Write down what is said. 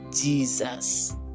Jesus